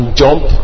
jump